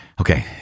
Okay